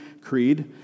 Creed